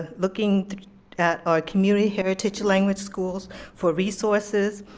ah looking at our community heritage language schools for resources,